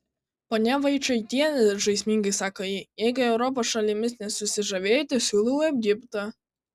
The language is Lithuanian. ponia vaičaitiene žaismingai sako ji jeigu europos šalimis nesusižavėjote siūlau egiptą